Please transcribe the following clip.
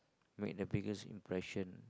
make the biggest impression